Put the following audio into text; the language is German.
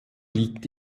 liegt